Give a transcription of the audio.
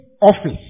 office